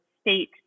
state